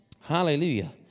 hallelujah